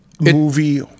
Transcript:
movie